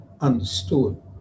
understood